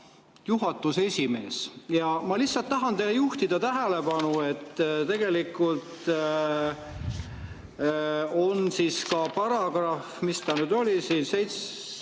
maja juhatuse esimees ja ma lihtsalt tahan juhtida tähelepanu, et tegelikult ka paragrahv, mis ta nüüd oli siin,